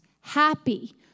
happy